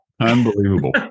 Unbelievable